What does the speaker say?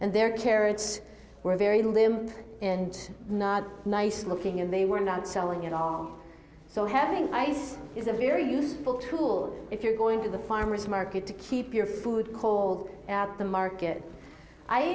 and their carrots were very limp and not nice looking and they were not selling at all so having ice is a very useful tool if you're going to the farmer's market to keep your food cold at the market i